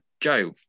Joe